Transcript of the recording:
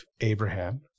Abraham